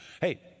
Hey